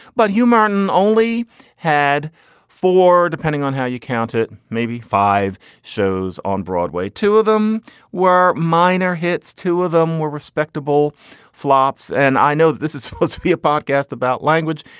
but you, martin only had four, depending on how you count it. maybe five shows on broadway. two of them were minor hits, two of them were respectable flops. and i know this is supposed to be a podcast about language,